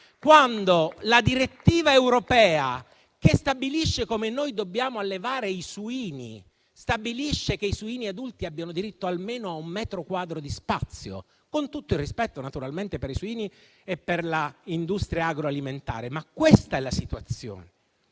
quando una direttiva europea che disciplina come noi dobbiamo allevare i suini, stabilisce che i suini adulti abbiano diritto almeno a un metro quadro di spazio, con tutto il rispetto naturalmente per i suini e per l'industria agroalimentare. Questa è la situazione.